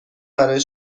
برای